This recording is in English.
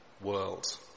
world